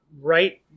right